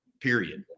period